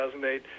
2008